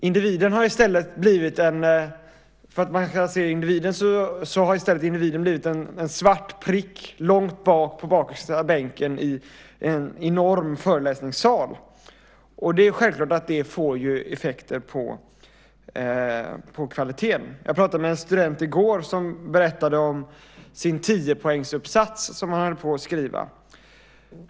Individen har i stället blivit en svart prick långt bak på bakersta bänken i en enorm föreläsningssal. Det är självklart att det får effekter på kvaliteten. Jag pratade med en student i går som berättade om sin tiopoängsuppsats som han höll på att skriva.